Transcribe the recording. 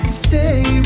stay